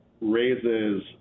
raises